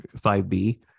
5b